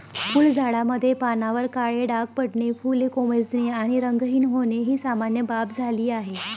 फुलझाडांमध्ये पानांवर काळे डाग पडणे, फुले कोमेजणे आणि रंगहीन होणे ही सामान्य बाब झाली आहे